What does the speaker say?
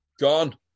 Gone